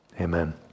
amen